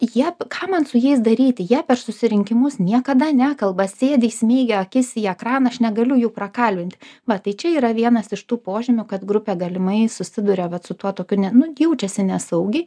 jie ką man su jais daryti jie per susirinkimus niekada nekalba sėdi įsmeigę akis į ekraną aš negaliu jų prakalbinti va tai čia yra vienas iš tų požymių kad grupė galimai susiduria vat su tuo tokiu ne nu jaučiasi nesaugiai